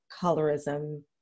colorism